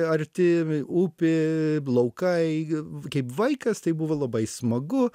arti upė laukai kaip vaikas tai buvo labai smagu